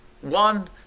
One